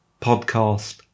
podcast